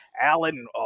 Alan